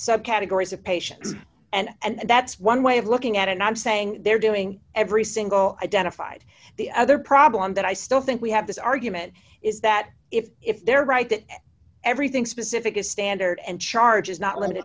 some categories of patients and that's one way of looking at it i'm saying they're doing every single identified the other problem that i still think we have this argument is that if if they're right that everything specific a standard and charge is not limited